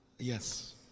Yes